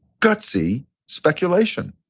gutsy speculation.